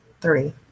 three